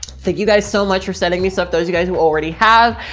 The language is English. thank you guys so much for sending me stuff those you guys will already have.